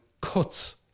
cuts